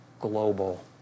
global